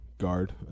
guard